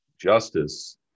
Justice